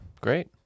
great